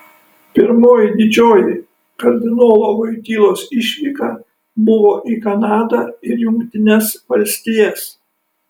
pirmoji didžioji kardinolo voitylos išvyka buvo į kanadą ir jungtines valstijas